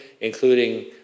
including